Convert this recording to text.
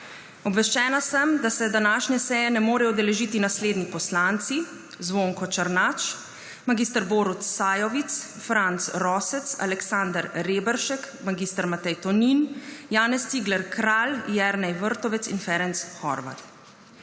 Obveščena sem, da se današnje seje ne morejo udeležiti naslednji poslanci: Zvonko Černač, mag. Borut Sajovic, Franc Rosec, Aleksander Reberšek, mag. Matej Tonin, Janez Cigler Kralj, Jernej Vrtovec in Ferenc Horváth.